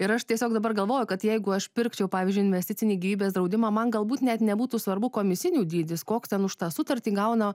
ir aš tiesiog dabar galvoju kad jeigu aš pirkčiau pavyzdžiui investicinį gyvybės draudimą man galbūt net nebūtų svarbu komisinių dydis koks ten už tą sutartį gauna